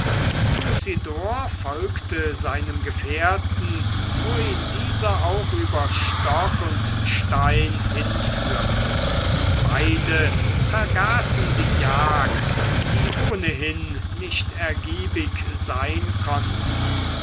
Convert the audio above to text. folgte seinem gefährten wo ihn dieser auch über stock und stein hinführte beide vergaßen die jagd die ohnehin nicht ergiebig sein konnte